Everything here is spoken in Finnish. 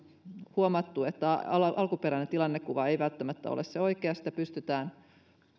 huomattu että alkuperäinen tilannekuva ei välttämättä ole se oikea sitä pystytään